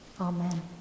Amen